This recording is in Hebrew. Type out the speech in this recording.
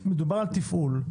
מדובר על תפעול,